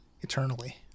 eternally